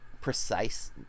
precise